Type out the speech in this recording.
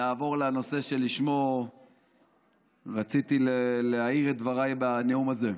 אז נעבור לנושא שבו רציתי להעיר את דבריי בנאום הזה.